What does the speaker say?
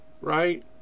right